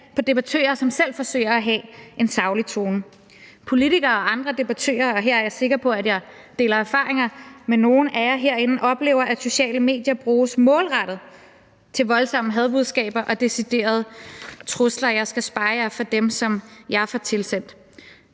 på debattører, som selv forsøger at have en saglig tone. Politikere og andre debattører – og her er jeg sikker på, at jeg deler erfaringer med nogle af jer herinde – oplever, at sociale medier bruges målrettet til voldsomme hadbudskaber og deciderede trusler, og jeg skal spare jer for dem, som jeg får tilsendt.